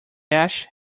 ash